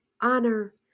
Honor